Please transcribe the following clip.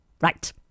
right